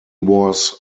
was